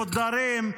מודרים,